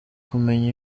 kumenya